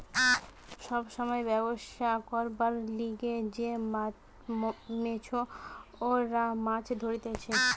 সময় সময় ব্যবছা করবার লিগে যে মেছোরা মাছ ধরতিছে